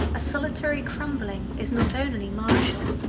a solitary crumbling is not only martial.